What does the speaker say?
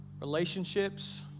Relationships